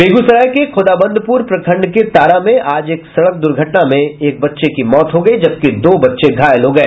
बेगूसराय के खोदावंदपुर प्रखंड के तारा में आज एक सड़क द्र्घटना में एक बच्चे की मौत हो गई जबकि दो बच्चे घायल हो गए